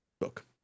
book